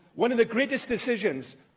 one of the greatest decisions,